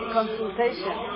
consultation